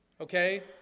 Okay